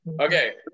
Okay